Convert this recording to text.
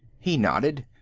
he nodded.